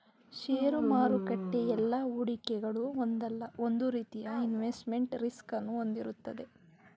ಷೇರು ಮಾರುಕಟ್ಟೆ ಎಲ್ಲಾ ಹೂಡಿಕೆಗಳು ಒಂದಲ್ಲ ಒಂದು ರೀತಿಯ ಇನ್ವೆಸ್ಟ್ಮೆಂಟ್ ರಿಸ್ಕ್ ಅನ್ನು ಹೊಂದಿರುತ್ತದೆ